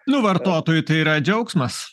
nu vartotojui tai yra džiaugsmas